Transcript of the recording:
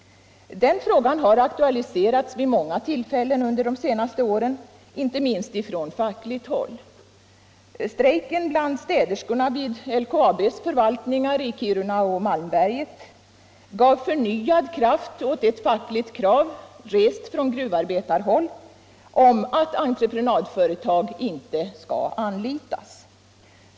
Den frågan har aktualiserats vid många tillfällen under de senaste åren, inte minst från fackligt håll. Strejken bland städerskorna vid LKAB:s förvaltningar i Kiruna och Malmberget gav förnyad kraft åt ett fackligt krav rest från gruvarbetarhåll om att entreprenadföretag inte skall anlitas.